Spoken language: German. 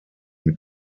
mit